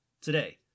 Today